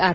R